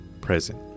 present